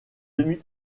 demi